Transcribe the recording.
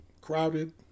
crowded